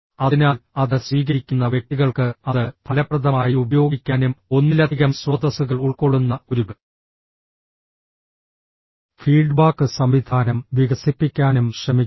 അതിനാൽ അത് സ്വീകരിക്കുന്ന വ്യക്തികൾക്ക് അത് ഫലപ്രദമായി ഉപയോഗിക്കാനും ഒന്നിലധികം സ്രോതസ്സുകൾ ഉൾക്കൊള്ളുന്ന ഒരു ഫീഡ്ബാക്ക് സംവിധാനം വികസിപ്പിക്കാനും ശ്രമിക്കാം